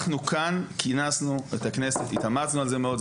אנחנו כאן כינסנו את הכנסת, התאמצנו על זה מאוד.